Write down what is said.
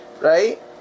Right